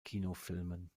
kinofilmen